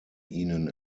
ihnen